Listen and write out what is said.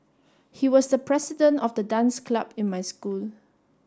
he was the president of the dance club in my school